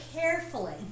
carefully